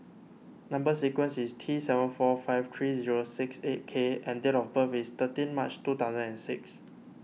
Number Sequence is T seven four five three zero six eight K and date of birth is thirteen March two thousand and six